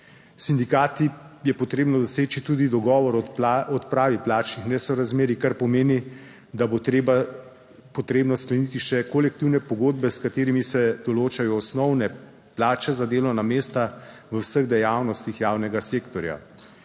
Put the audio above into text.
sindikati je potrebno doseči tudi dogovor o odpravi plačnih nesorazmerij, kar pomeni, da bo potrebno skleniti še kolektivne pogodbe, s katerimi se določajo osnovne plače za delovna mesta v vseh dejavnostih javnega sektorja.